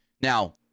Now